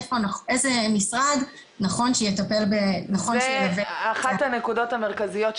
איזה משרד נכון שיטפל וילווה את הנושא.